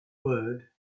word